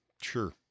sure